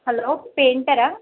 hello పెయింటరా